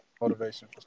Motivation